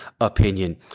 opinion